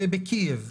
בקייב.